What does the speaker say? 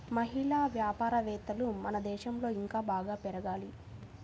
మహిళా వ్యాపారవేత్తలు మన దేశంలో ఇంకా బాగా పెరగాలి